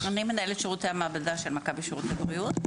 אני מנהלת שירותי המעבדה של מכבי שירותי בריאות,